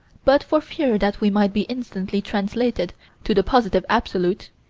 but for fear that we might be instantly translated to the positive absolute,